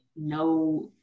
no